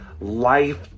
Life